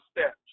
steps